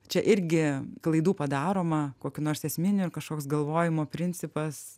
čia irgi klaidų padaroma kokių nors esminių ir kažkoks galvojimo principas